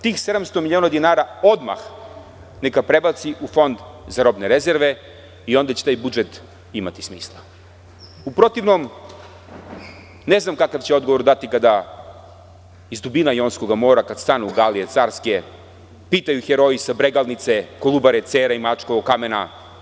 Tih 700 miliona dinara odmah neka prebaci u fond za robne rezerve i onda će taj budžet imati smisla, u protivnom, ne znam kakav će odgovor dati kada iz dubina Jonskoga mora kada stanu galije carske, pitaju heroje i sa Bregalnice, Kolubare, Cera i Mačkovog kamena.